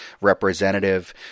representative